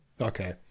Okay